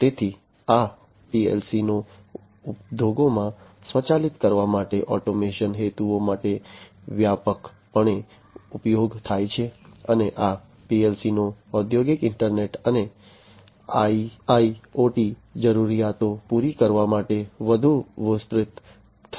તેથી આ પીએલસી નો ઉદ્યોગોમાં સ્વચાલિત કરવા માટે ઓટોમેશન હેતુઓ માટે વ્યાપકપણે ઉપયોગ થાય છે અને આ પીએલસી નો ઔદ્યોગિક ઈન્ટરનેટ અને આઈઆઈઓટી જરૂરિયાતો પૂરી કરવા માટે વધુ વિસ્તૃત થઈ શકે છે